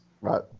right